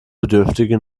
bedürftige